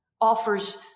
offers